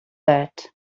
that